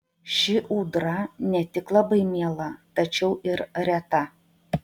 ši ūdra ne tik labai miela tačiau ir reta